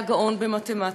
היה גאון במתמטיקה,